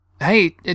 Hey